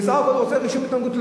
הוא בסך הכול רוצה רישום להתנגדות,